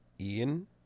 Ian